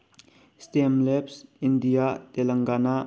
system ꯂꯦꯕ India ꯇꯦꯂꯪꯒꯥꯅꯥ